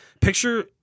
Picture